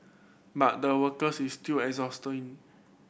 but the workers is still exhausting